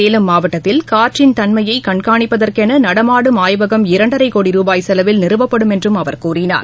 சேலம் மாவட்டத்தில் காற்றின் தன்மையை கண்காணிப்பதற்கென நடமாடும் ஆய்வகம் இரண்டரை கோடி ரூபாய் செலவில் நிறுவப்படும் என்றும் அவர் கூறினார்